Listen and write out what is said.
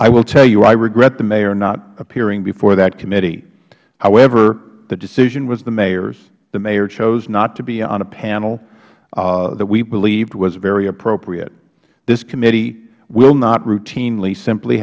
i will tell you i regret the mayor not appearing before that committee however the decision was the mayor's the mayor chose not to be on a panel that we believed was very appropriate this committee will not routinely simply